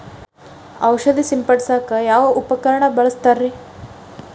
ಔಷಧಿ ಸಿಂಪಡಿಸಕ ಯಾವ ಉಪಕರಣ ಬಳಸುತ್ತಾರಿ?